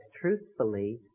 truthfully